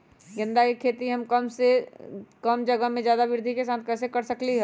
गेंदा के खेती हम कम जगह में ज्यादा वृद्धि के साथ कैसे कर सकली ह?